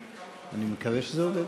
אני מקווה שזה עובד.